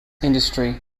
industry